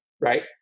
right